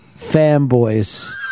fanboys